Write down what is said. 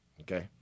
okay